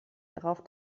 darauf